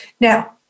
Now